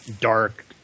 dark